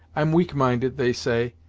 i'm weak-minded, they say,